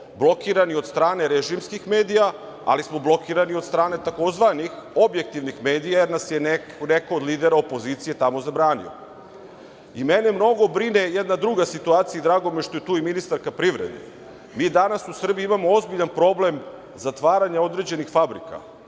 blokirani od strane režimskih medija, ali smo blokirani i od strane tzv. objektivnih medija, jer nas je neko od lidera opozicije tamo zabranio. Mene mnogo brine jedna druga situacija i drago mi je što je tu i ministarka privrede. Mi danas u Srbiji imamo ozbiljan problem zatvaranja određenih fabrika,